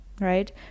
right